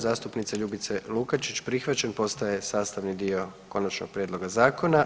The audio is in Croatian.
Zastupnice Ljubice Lukačić prihvaćen, postaje sastavni dio Konačnog prijedloga zakona.